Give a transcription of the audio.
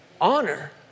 honor